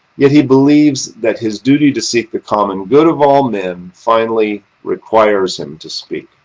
yet he believes that his duty to seek the common good of all men finally requires him to speak.